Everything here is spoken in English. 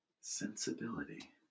Sensibility